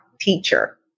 Teacher